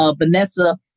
Vanessa